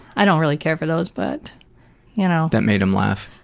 i don't really care for those but you know. that made him laugh?